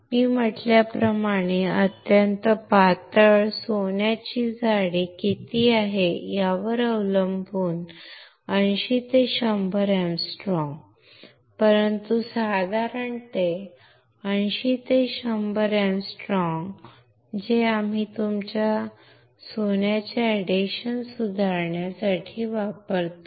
मी म्हटल्याप्रमाणे अत्यंत पातळ सोन्याची जाडी किती आहे यावर अवलंबून 80 ते 100 अँग्स्ट्रोम परंतु साधारणपणे 80 ते 100 अँग्स्ट्रोम जे आम्ही तुमच्या सोन्याचे एडेशन सुधारण्यासाठी वापरतो